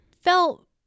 felt